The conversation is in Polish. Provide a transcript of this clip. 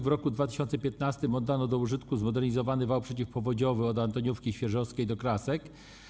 W roku 2015 oddano do użytku zmodernizowany wał przeciwpowodziowy na odcinku od Antoniówki Świerżowskiej do Krasek.